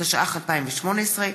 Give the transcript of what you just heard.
התשע"ח 2018,